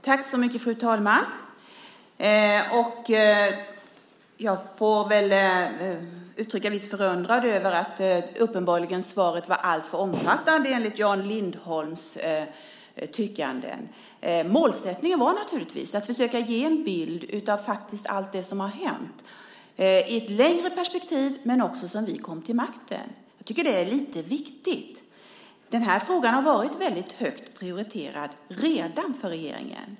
Fru talman! Jag får väl uttrycka viss förundran över att svaret uppenbarligen var alltför omfattande, enligt Jan Lindholms tyckande. Målsättningen var naturligtvis att försöka ge en bild av allt det som faktiskt har hänt i ett längre perspektiv men också sedan vi kom till makten. Jag tycker att det är lite viktigt. Den här frågan har redan varit väldigt högt prioriterad för regeringen.